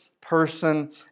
person